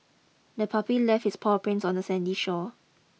the puppy left its paw prints on the sandy shore